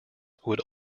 would